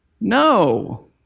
No